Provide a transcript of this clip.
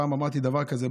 פעם אמרתי דבר כזה.